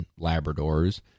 Labradors